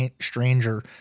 stranger